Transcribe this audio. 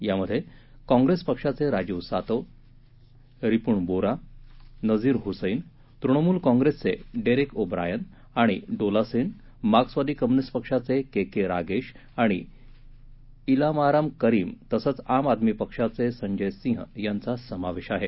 यामध्ये काँप्रेस पक्षाचे राजीव सातव रिपुण बोरा नजीर हुसैन तृणमूल कॉंप्रेसचे डेरेक ओ ब्रायन आणि डोला सेन मार्क्सवादी कम्युनिस्ट पक्षाचे के के रागेश आणि इलामारम करीम तसंच आम आदमी पक्षाचे संजय सिंह यांचा समावेश आहे